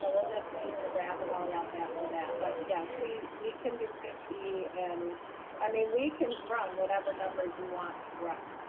and we'll just need to wrap it all up after that, but yes, we we can do fifty and i mean, we can run whatever numbers you want to run.